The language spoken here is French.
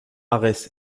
arès